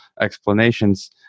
explanations